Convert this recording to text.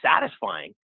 satisfying